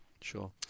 Sure